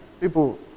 people